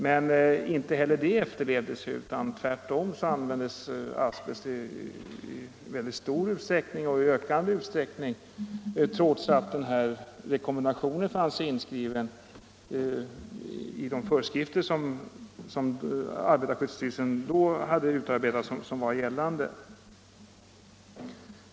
Men inte heller de bestämmelserna efterlevdes. Tvärtom användes asbest i mycket stor och ökande utsträckning. Och denna rekommendation fanns ändå inskriven i de föreskrifter som arbetarskyddsstyrelsen då hade utfärdat och som gällde.